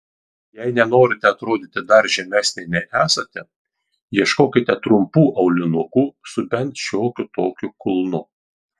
jei nenorite atrodyti dar žemesnė nei esate ieškokite trumpų aulinukų su bent šiokiu tokiu kulnu